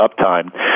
uptime